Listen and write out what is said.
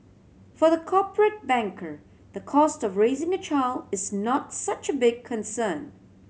for the corporate banker the cost of raising a child is not such a big concern